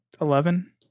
Eleven